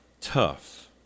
tough